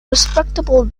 respectable